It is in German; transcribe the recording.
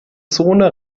zone